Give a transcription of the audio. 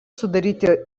sudaryti